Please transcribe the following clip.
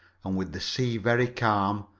and with the sea very calm,